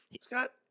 Scott